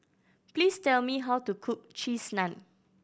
please tell me how to cook Cheese Naan